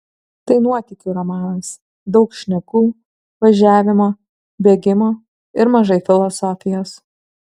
tai nuotykių romanas daug šnekų važiavimo bėgimo ir mažai filosofijos